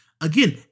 again